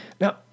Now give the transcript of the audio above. Now